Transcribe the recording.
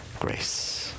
grace